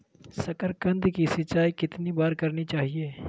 साकारकंद की सिंचाई कितनी बार करनी चाहिए?